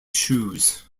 shoes